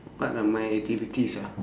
what are my activities ah